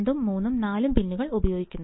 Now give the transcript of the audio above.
രണ്ടും മൂന്നും നാലും പിന്നുകൾ ഉപയോഗിക്കുന്നു